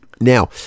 Now